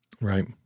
Right